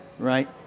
Right